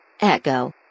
Echo